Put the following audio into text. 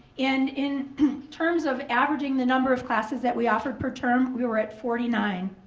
and in terms of averaging the number of classes that we offered per term, we were at forty nine.